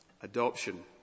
adoption